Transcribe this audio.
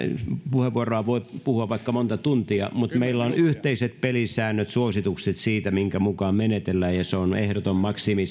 puheenvuoroa voi puhua vaikka monta tuntia niin meillä on yhteiset pelisäännöt ja suositukset minkä mukaan menetellään ja seitsemän minuuttia on ehdoton maksimi